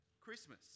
Christmas